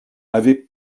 avait